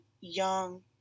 young